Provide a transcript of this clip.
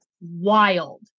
wild